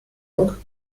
work